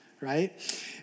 right